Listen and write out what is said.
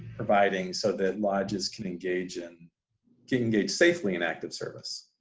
providing so that lodges can engage in get engaged safely in active service?